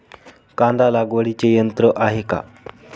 कांदा लागवडीचे यंत्र आहे का?